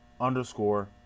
underscore